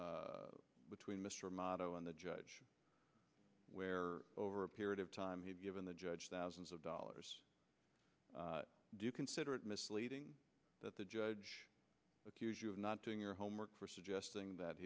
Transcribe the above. between mr moto and the judge where over a period of time he'd given the judge thousands of dollars do you consider it misleading that the judge accuse you of not doing your homework for suggesting that